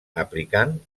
aplicant